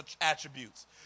attributes